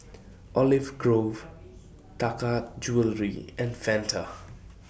Olive Grove Taka Jewelry and Fanta